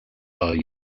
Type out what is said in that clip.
are